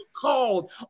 called